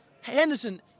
Henderson